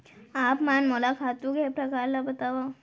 आप मन मोला खातू के प्रकार ल बतावव?